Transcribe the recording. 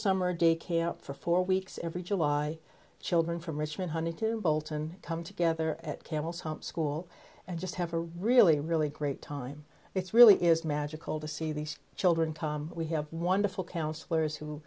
summer day camp for four weeks every july children from richmond honey to bolton come together at camel's hump school and just have a really really great time it's really is magical to see these children tom we have wonderful counselors who